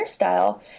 hairstyle